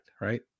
right